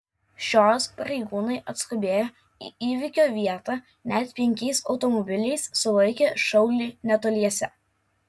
šios pareigūnai atskubėję į įvykio vietą net penkiais automobiliais sulaikė šaulį netoliese